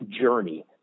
journey